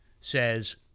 says